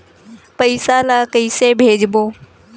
पईसा ला कइसे भेजबोन?